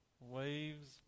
waves